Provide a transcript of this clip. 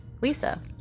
lisa